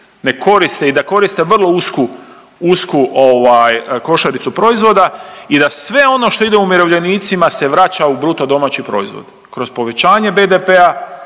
ne koriste i da koriste vrlo usku ovaj košaricu proizvoda i da sve ono što ide umirovljenicima se vraća u BDP kroz povećanje BDP-a,